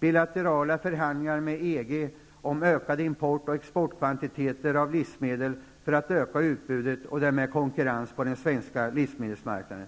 --Bilaterala förhandlingar med EG om ökade import och exportkvantiteter av livsmedel för att öka utbudet och därmed konkurrensen på den svenska livsmedelsmarknaden.